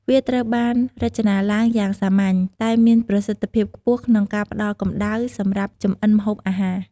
វាត្រូវបានរចនាឡើងយ៉ាងសាមញ្ញតែមានប្រសិទ្ធភាពខ្ពស់ក្នុងការផ្ដល់កម្ដៅសម្រាប់ចម្អិនម្ហូបអាហារ។